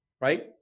right